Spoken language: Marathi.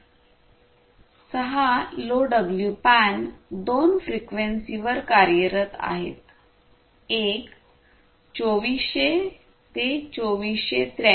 6 लोडब्ल्यूपॅन दोन फ्रिक्वेन्सीवर कार्यरत आहेत एक 2400 ते 2483